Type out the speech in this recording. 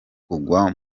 kugwa